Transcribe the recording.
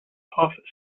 office